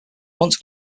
once